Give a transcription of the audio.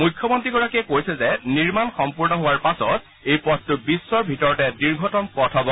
মুখ্যমন্ত্ৰীগৰাকীয়ে কৈছে যে নিৰ্মাণ সম্পূৰ্ণ হোৱাৰ পাছত এই পথটো বিশ্বৰ ভিতৰতে দীৰ্ঘতম পথ হ'ব